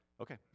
Okay